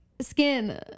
Skin